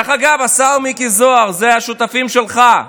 דרך אגב, השר מיקי זוהר, אלה השותפים שלך,